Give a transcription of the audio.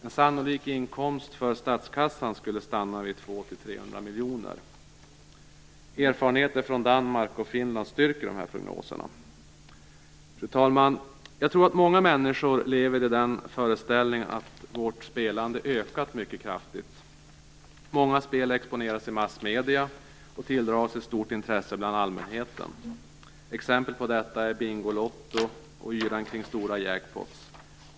En sannolik inkomst för statskassan skulle stanna vid 200-300 miljoner. Erfarenheter från Danmark och Finland styrker dessa prognoser. Fru talman! Jag tror att många människor lever i den föreställningen att vårt spelande ökat mycket kraftigt. Många spel exponeras i massmedierna och tilldrar sig stort intresse bland allmänheten. Exempel på detta är Bingolotto och yran kring stora jackpoter.